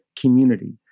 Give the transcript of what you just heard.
community